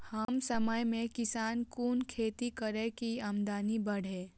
कम समय में किसान कुन खैती करै की आमदनी बढ़े?